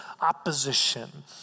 opposition